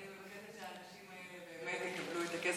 אני מבקשת שהאנשים האלה באמת יקבלו את הכסף,